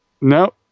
No